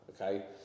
okay